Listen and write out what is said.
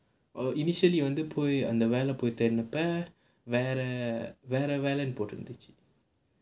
initially வந்து போய் அந்த வேலை போய் தேடுனப்ப வேற வேற வேலைனு போட்டுருந்துச்சு:vanthu poyi antha velai poyi thedunappa vera vera velainu potturunthuchu